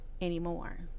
anymore